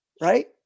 right